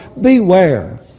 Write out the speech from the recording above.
Beware